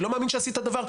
אני לא מאמין שעשית דבר.